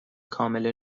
کامل